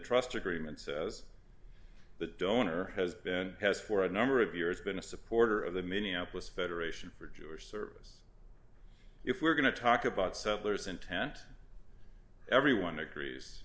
trust agreement says the donor has been has for a number of years been a supporter of the minneapolis federation for jewish service if we're going to talk about settlers intent everyone agrees